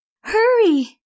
Hurry